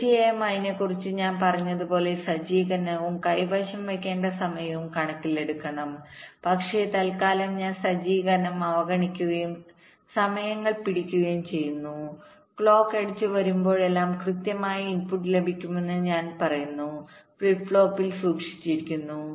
തീർച്ചയായും അതിനെക്കുറിച്ച് ഞാൻ പറഞ്ഞതുപോലെ സജ്ജീകരണവും കൈവശം വയ്ക്കേണ്ട സമയവും കണക്കിലെടുക്കണം പക്ഷേ തൽക്കാലം ഞാൻ സജ്ജീകരണം അവഗണിക്കുകയും സമയങ്ങൾ പിടിക്കുകയും ചെയ്യുന്നു ക്ലോക്ക് എഡ്ജ് വരുമ്പോഴെല്ലാം കൃത്യമായി ഇൻപുട്ട് ലഭിക്കുമെന്ന് ഞാൻ പറയുന്നു ഫ്ലിപ്പ് ഫ്ലോപ്പിൽ സൂക്ഷിച്ചിരിക്കുന്നു